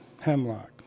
hemlock